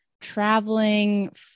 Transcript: traveling